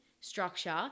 structure